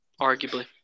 arguably